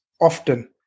often